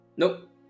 Nope